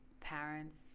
parents